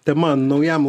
tema naujam